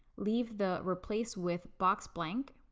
leave the replace with box blank.